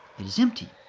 it is empty.